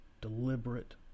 deliberate